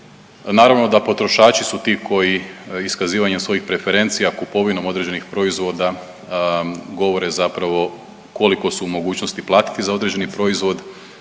Naravno da potrošači su ti koji iskazivanjem svojih preferencija kupovinom određenih proizvoda govore zapravo koliko su u mogućnosti platiti za određeni proizvod,